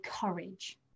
courage